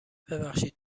ببخشید